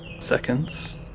seconds